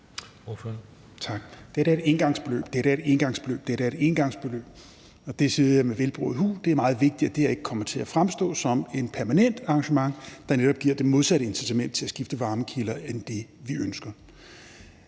Dette er et engangsbeløb, og det siger jeg med velberåd hu, for det er meget vigtigt, at det her ikke kommer til at fremstå som et permanent arrangement, der netop giver det modsatte incitament til at skifte varmekilder end det, vi ønsker.